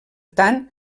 tant